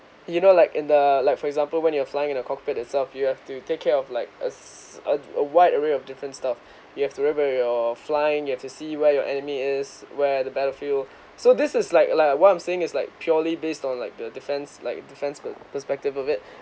you know like in the like for example when you are flying in the cockpit itself you have to take care of like a s~ a a wide array of different stuff you have to remember you're flying you have to see where your enemy is where the battlefield so this is like like what I'm saying is like purely based on like the defense like defense per perspective of it